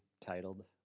titled